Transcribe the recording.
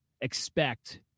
expect